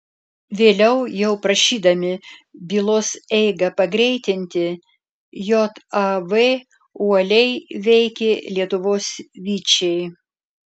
vėliau jau prašydami bylos eigą pagreitinti jav uoliai veikė lietuvos vyčiai